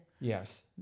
Yes